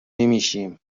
نمیشیم